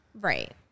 Right